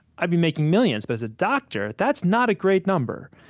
i'd be making millions, but as a doctor, that's not a great number.